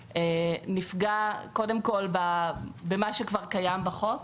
נפגע קודם כול במה שכבר קיים בחוק.